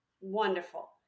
wonderful